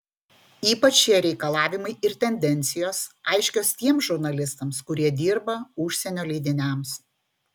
ypač šie reikalavimai ir tendencijos aiškios tiems žurnalistams kurie dirba užsienio leidiniams